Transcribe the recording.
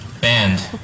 band